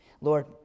Lord